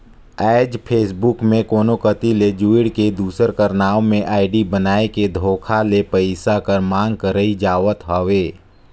आएज फेसबुक में कोनो कती ले जुइड़ के, दूसर कर नांव में आईडी बनाए के धोखा ले पइसा कर मांग करई जावत हवे